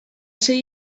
sei